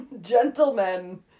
Gentlemen